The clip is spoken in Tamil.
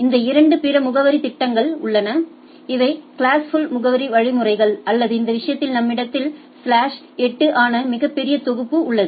இந்த இரண்டு பிற முகவரித் திட்டங்கள் உள்ளன இவை கிளாஸ்ஃபுல் முகவரி வழிமுறைகள் அல்லது இந்த விஷயத்தில் நம்மிடம் ஸ்லாஷ் 8 ஆன மிகப் பெரிய தொகுப்பு உள்ளது